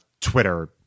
Twitter